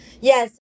yes